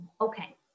Okay